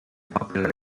popular